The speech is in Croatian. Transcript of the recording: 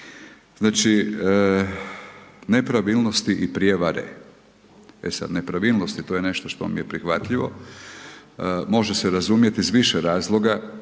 znači nepravilnosti i prijevare. E sad nepravilnosti to je nešto što mi je prihvatljivo, može se razumjet iz više razloga